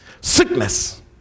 Sickness